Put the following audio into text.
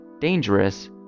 dangerous